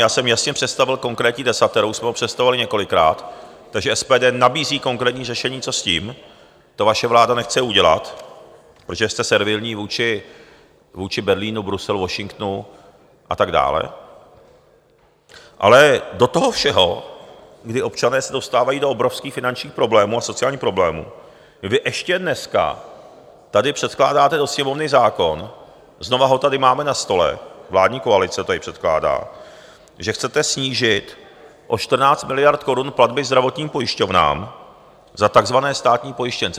Já jsem jasně představil konkrétní desatero, už jsme ho představovali několikrát, takže SPD nabízí konkrétní řešení, co s tím, to vaše vláda nechce udělat, protože jste servilní vůči Berlínu, Bruselu, Washingtonu a tak dál, ale do toho všeho, kdy občané se dostávají do obrovských finančních problémů a sociální problémů, vy ještě dneska tady předkládáte do Sněmovny zákon, znova ho tady máme na stole, vládní koalice to tady předkládá, že chcete snížit o 14 miliard korun platby zdravotním pojišťovnám za takzvané státní pojištěnce.